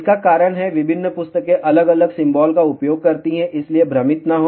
इसका कारण है विभिन्न पुस्तकें अलग अलग सिंबॉल का उपयोग करती हैं इसलिए भ्रमित न हों